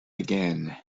again